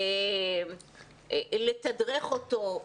לתדרך אותו,